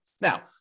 Now